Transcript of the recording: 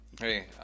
Hey